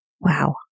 Wow